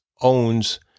owns